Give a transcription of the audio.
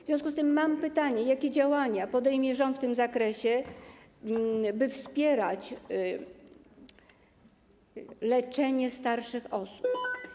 W związku z tym mam pytanie, jakie działania podejmie rząd w tym zakresie, by wspierać leczenie starszych osób.